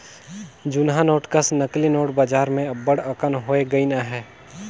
जुनहा नोट कस नकली नोट बजार में अब्बड़ अकन होए गइन अहें